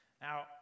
Now